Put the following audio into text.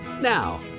Now